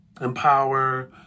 empower